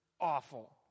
awful